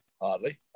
hardly